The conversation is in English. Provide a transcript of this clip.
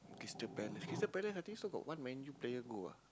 Crystal-Palace Crystal-Palace I think got still got one Man-U player go ah